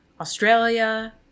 Australia